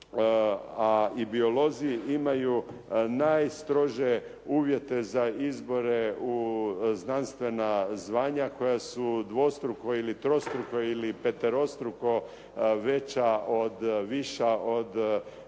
a i biolozi imaju najstrože uvjete za izbore u znanstvena zvanja koja su dvostruko ili stostruko, ili peterostruko viša od